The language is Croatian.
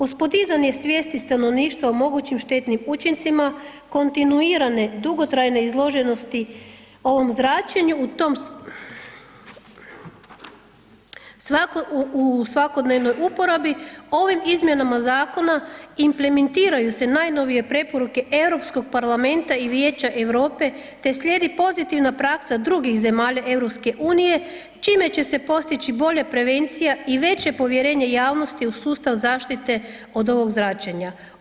Uz podizanje svijesti stanovništva o mogućim štetnim učincima, kontinuirane dugotrajne izloženosti ovom zračenju, u tom, u svakodnevnoj uporabi, ovim izmjenama zakona implementiraju se najnovije preporuke EU parlamenta i Vijeća EU te slijedi pozitivna praksa drugih zemalja EU čime će se postići bolja prevencija i veće povjerenje javnosti u sustav zaštite od ovog zračenja.